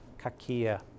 kakia